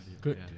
Good